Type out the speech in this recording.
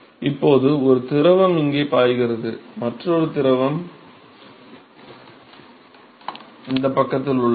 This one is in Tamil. இப்போது ஒரு திரவம் இங்கே பாய்கிறது மற்றொரு திரவம் இந்தப் பக்கத்தில் உள்ளது